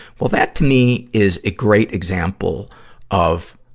well that, to me, is a great example of